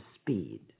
speed